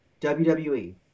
WWE